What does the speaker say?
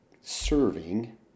serving